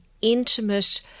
intimate